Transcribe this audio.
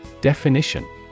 Definition